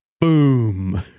Boom